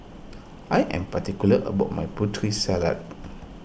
I am particular about my Putri Salad